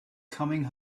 coming